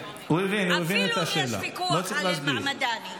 אפילו אם יש ויכוח על מעַמדאנִי.